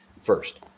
first